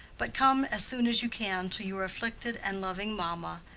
but come as soon as you can to your afflicted and loving mamma,